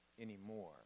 anymore